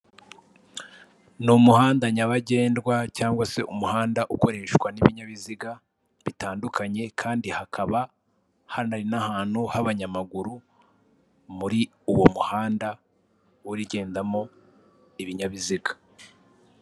Ni umuhanda nyabagendwa cg se umuhanda ukoreshwa n'ibinyabiziga, bitandukanye, kandi hakaba n'ahantu h'abanyamaguru muri uwo muhanda urigendamo ibinyabiziga.